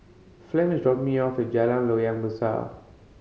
Flem is dropping me off at Jalan Loyang Besar